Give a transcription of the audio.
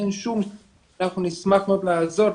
אנחנו נשמח מאוד לעזור.